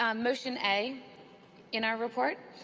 um motion a in our report.